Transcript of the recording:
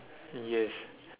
yes